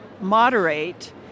moderate